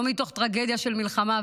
לא מתוך טרגדיה של מלחמה,